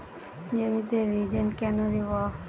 জমিতে রিজেন্ট কেন দেবো?